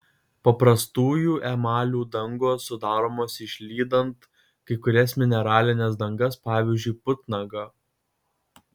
paprastųjų emalių dangos sudaromos išlydant kai kurias mineralines dangas pavyzdžiui putnagą